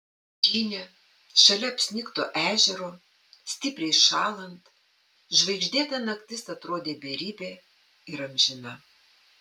pušyne šalia apsnigto ežero stipriai šąlant žvaigždėta naktis atrodė beribė ir amžina